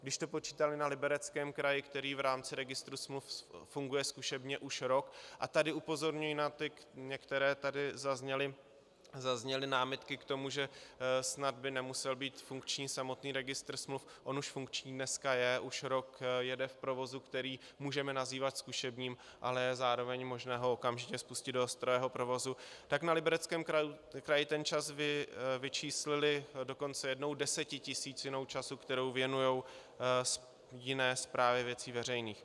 Když to počítali na Libereckém kraji, který v rámci registru smluv funguje zkušebně už rok, a tady upozorňuji na ty některé, tady zazněly námitky k tomu, že snad by nemusel být funkční samotný registr smluv on už funkční dneska je, už rok jede v provozu, který můžeme nazývat zkušebním, ale zároveň je možné ho okamžitě spustit do ostrého provozu, tak na Libereckém kraji ten čas vyčíslili dokonce jednou desetitisícinou času, kterou věnují jiné správě věcí veřejných.